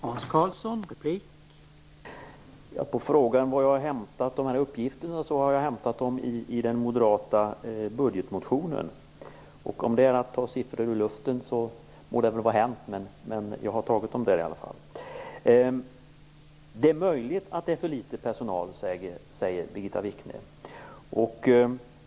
Herr talman! På frågan om var jag har hämtat uppgifterna från, kan jag svara att jag har hämtat dem från den moderata budgetmotionen. Om det är att ta siffror ur luften, så må det väl vara hänt. Jag har tagit dem där i alla fall. Det är möjligt att det är för litet personal, säger Birgitta Wichne.